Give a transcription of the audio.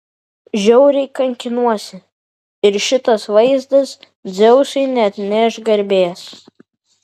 žiauriai kankinuosi ir šitas vaizdas dzeusui neatneš garbės